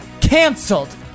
canceled